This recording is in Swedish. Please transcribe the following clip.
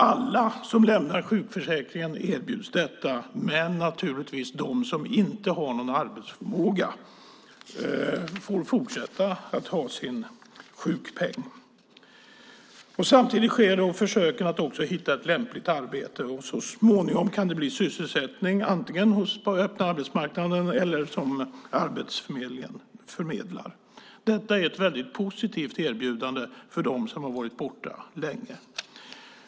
Alla som lämnar sjukförsäkringen erbjuds detta, men de som inte har någon arbetsförmåga får naturligtvis fortsätta att ha sin sjukpeng. Samtidigt sker då försöken att hitta ett lämpligt arbete. Så småningom kan det bli sysselsättning antingen på öppna arbetsmarknaden eller via Arbetsförmedlingen. Detta är ett väldigt positivt erbjudande för dem som har varit borta länge.